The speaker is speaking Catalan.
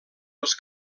els